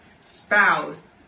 spouse